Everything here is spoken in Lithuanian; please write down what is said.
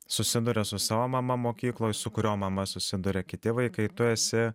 susiduria su savo mama mokykloj su kurio mama susiduria kiti vaikai tu esi